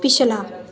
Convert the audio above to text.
ਪਿਛਲਾ